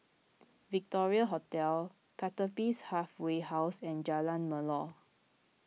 Victoria Hotel Pertapis Halfway House and Jalan Melor